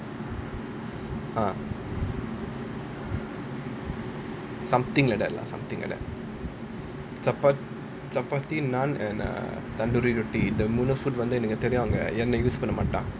ah something like that lah something like that chapaathi naan and err tandoori roti இந்த மூணுலையும் தெரியும் எண்ணெய்:intha moonulaiyum theriyum ennai use பண்ண மாட்டாங்க:panna maataanga